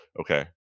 Okay